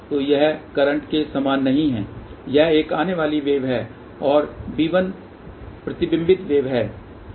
तो यह करंट के समान नहीं है यह एक आने वाली वेव है और b1 प्रतिबिंबित वेव है